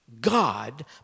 God